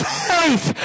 faith